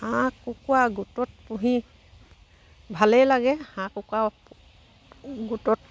হাঁহ কুকুৰা গোটত পুহি ভালেই লাগে হাঁহ কুকুৰা গোটত